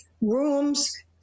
rooms